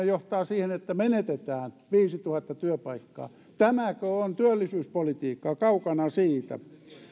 johtaa siihen että menetetään viisituhatta työpaikkaa tämäkö on työllisyyspolitiikkaa kaukana siitä